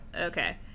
okay